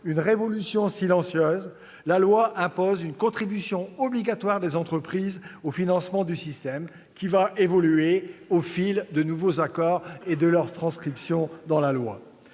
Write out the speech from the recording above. une « révolution silencieuse », la loi imposait une contribution obligatoire des entreprises au financement du système, système qui allait évoluer au fil de nouveaux accords et de leurs transcriptions dans la loi.